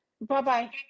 Bye-bye